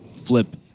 flip